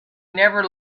never